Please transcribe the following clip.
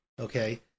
Okay